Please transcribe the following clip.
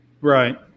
right